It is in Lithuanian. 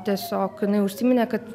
tiesiog jinai užsiminė kad